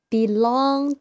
Belong